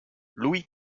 louis